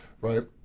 Right